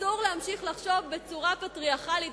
אסור להמשיך לחשוב בצורה פטריארכלית,